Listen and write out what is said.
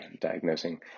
diagnosing